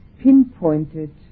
pinpointed